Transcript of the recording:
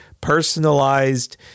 personalized